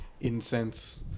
incense